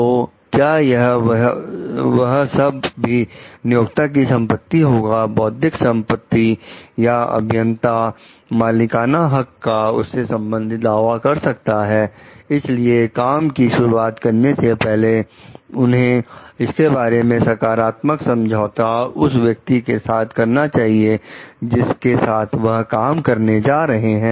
तो क्या वह सब भी नियोक्ता की संपत्ति होगी बौद्धिक संपत्ति या अभियंता मालिकाना हक का उससे संबंधित दावा कर सकता है इसलिए काम की शुरुआत करने से पहले उन्हें इसके बारे में सकारात्मक समझौता उस व्यक्ति के साथ करना चाहिए जिसके साथ वह काम करने जा रहे हैं